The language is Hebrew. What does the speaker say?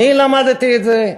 אני למדתי את זה,